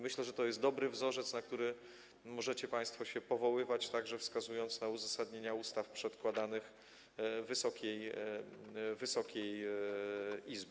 Myślę, że to jest dobry wzorzec, na który możecie państwo się powoływać, wskazując także na uzasadnienia ustaw przedkładanych Wysokiej Izbie.